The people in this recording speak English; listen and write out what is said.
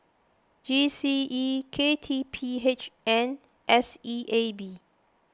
G C E K T P H and S E A B